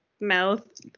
mouth